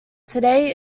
today